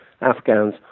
Afghans